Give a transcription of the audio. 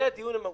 זה הדיון המהותי.